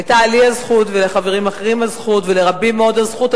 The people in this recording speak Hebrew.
היתה לי הזכות ולחברים אחרים הזכות ולרבים מאוד הזכות,